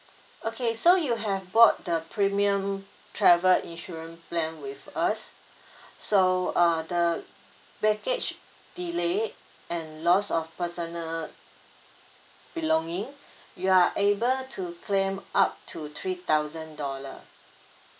okay so you have bought the premium travel insurance plan with us so uh the baggage delay and loss of personal belonging you are able to claim up to three thousand dollar